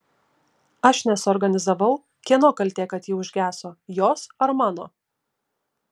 aš nesuorganizavau kieno kaltė kad ji užgeso jos ar mano